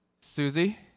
Susie